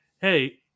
hey